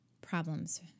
problems